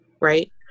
Right